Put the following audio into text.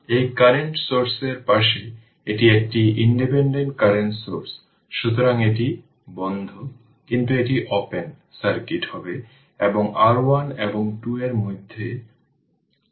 এই কারেন্ট সোর্সের পাশে এটি একটি ইন্ডিপেন্ডেন্ট কারেন্ট সোর্স সুতরাং এটি বন্ধ কিন্তু এটি ওপেন সার্কিট হবে এবং r 1 এবং 2 এর মধ্যে RN বের করতে হবে